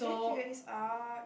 can we figure this out